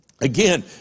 Again